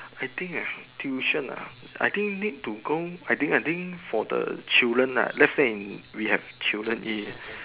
I think ah tuition ah I think need to go I think I think for the children nah let's say if we have children A